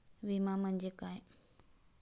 विमा म्हणजे काय?